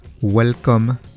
Welcome